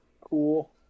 Cool